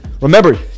Remember